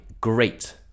great